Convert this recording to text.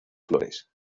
flores